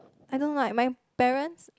I don't know like my parents